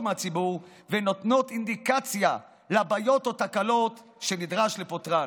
מהציבור ונותנות אינדיקציה לבעיות או לתקלות שנדרש לפתור.